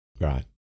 Right